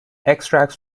extracts